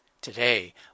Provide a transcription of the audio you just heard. Today